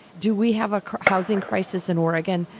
do we have a housing crisis in oregon?